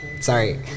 sorry